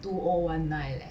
two O one nine leh